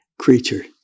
creature